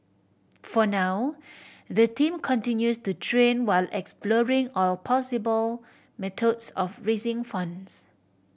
for now the team continues to train while exploring all possible methods of raising funds